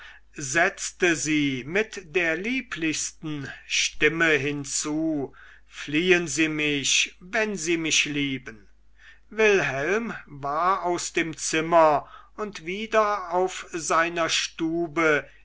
setzte sie mit der lieblichsten stimme hinzu fliehen sie mich wenn sie mich lieben wilhelm war aus dem zimmer und wieder auf seiner stube